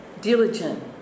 diligent